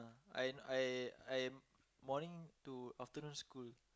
I I I morning to afternoon school